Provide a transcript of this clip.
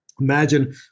imagine